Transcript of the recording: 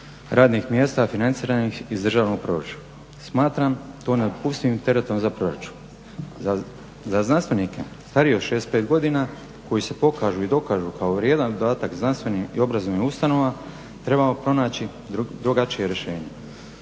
radnih mjesta financiranih iz državnog proračuna. Smatram to nedopustivim teretom za proračun. Za znanstvenike starije od 65 godina koji se pokažu i dokažu kao vrijedan dodatak znanstvenim i obrazovnim ustanovama trebamo pronaći drugačije rješenje.